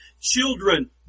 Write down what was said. Children